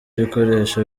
ibikoresho